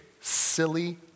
silly